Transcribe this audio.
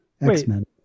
X-Men